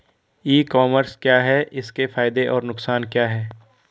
ई commerce क्या है इसके फायदे और नुकसान क्या है?